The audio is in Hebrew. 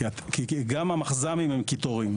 כי גם המחז"מים הם קיטורים,